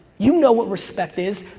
you know what respect is.